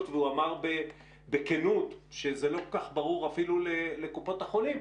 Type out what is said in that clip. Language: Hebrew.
והוא אמר בכנות שזה לא כל כך ברור אפילו לקופות החולים.